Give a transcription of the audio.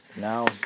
now